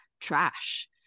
trash